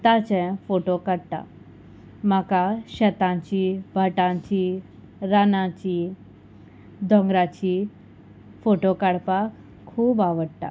ताचें फोटो काडटा म्हाका शेतांची भाटांची रानांची दोंगराची फोटो काडपाक खूब आवडटा